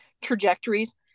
trajectories